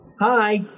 hi